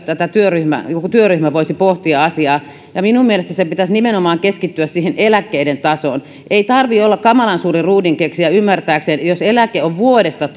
tätä asiaa voisi joku työryhmä pohtia minun mielestäni sen pitäisi nimenomaan keskittyä siihen eläkkeiden tasoon ei tarvitse olla kamalan suuri ruudinkeksijä ymmärtääkseen että jos eläke on vuodesta